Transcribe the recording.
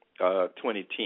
2010